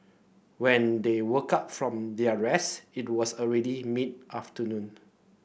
when they woke up from their rest it was already mid afternoon